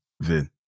Vin